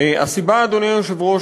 אדוני היושב-ראש,